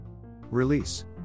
Release